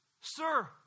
Sir